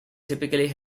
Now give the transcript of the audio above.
typically